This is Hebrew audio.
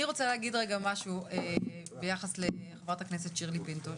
אני רוצה להגיד רגע משהו ביחס לחברת הכנסת שירלי פינטו,